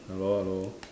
hello hello